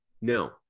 no